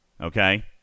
Okay